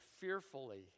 fearfully